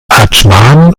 adschman